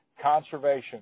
conservation